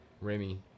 Remy